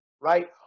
right